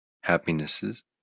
happinesses